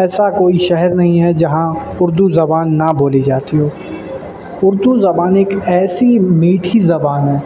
ایسا کوئی شہر نہیں ہے جہاں اردو زبان نہ بولی جاتی ہو اردو زبان ایک ایسی میٹھی زبان ہے